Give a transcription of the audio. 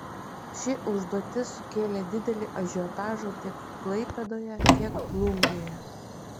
ši užduotis sukėlė didelį ažiotažą tiek klaipėdoje tiek plungėje